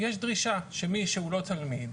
יש דרישה שמי שהוא לא תלמיד,